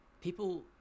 people